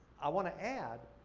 i wanna add,